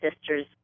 sisters